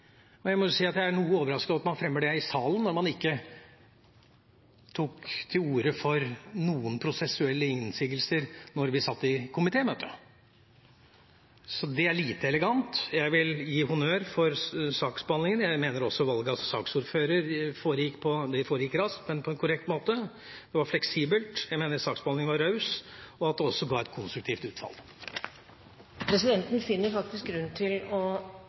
Jeg er noe overrasket over at man fremmer det i salen, når man ikke tok til orde for noen prosessuelle innsigelser da vi satt i komitémøte. Det er lite elegant. Jeg vil gi honnør for saksbehandlingen. Jeg mener også valg av saksordfører foregikk raskt, men på en korrekt måte. Det var fleksibelt, jeg mener saksbehandlingen var raus, og at det også ga et konstruktivt utfall. Presidenten finner faktisk grunn til å